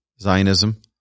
Zionism